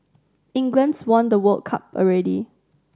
England's won the World Cup already